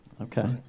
Okay